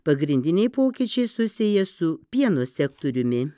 pagrindiniai pokyčiai susiję su pieno sektoriumi